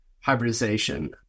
hybridization